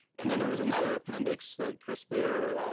and then there was another appendix that chris beyrer,